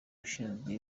ishinzwe